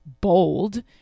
bold